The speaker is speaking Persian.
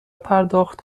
پرداخت